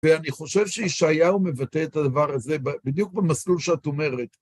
ואני חושב שישעיהו מבטא את הדבר הזה בדיוק במסלול שאת אומרת.